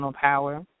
power